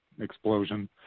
explosion